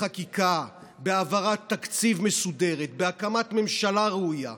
בחקיקה, בהעברת תקציב מסודרת, בהקמת ממשלה ראויה.